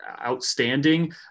outstanding